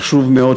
חשוב מאוד,